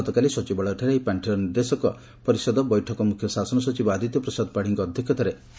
ଗତକାଲି ସଚିବାଳୟଠାରେ ଏହି ପାଖିର ନିର୍ଦ୍ଦେଶକ ପରିଷଦ ବୈଠକ ମୁଖ୍ୟଶାସନ ସଚିବ ଆଦିତ୍ୟ ପ୍ରସାଦ ପାଢ଼ୀଙ୍କ ଅଧ୍ୟକ୍ଷତାରେ ଅନୁଷ୍ଷିତ ହୋଇଥିଲା